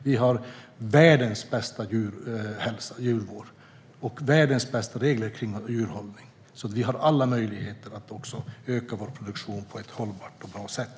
Vi har världens bästa djurvård och världens bästa regler för djurhållning. Vi har alltså alla möjligheter att öka vår produktion på ett hållbart och bra sätt.